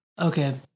Okay